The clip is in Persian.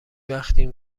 وقتی